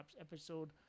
episode